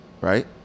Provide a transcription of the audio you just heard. right